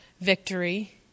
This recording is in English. victory